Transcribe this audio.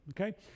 okay